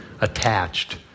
attached